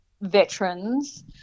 veterans